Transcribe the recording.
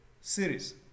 series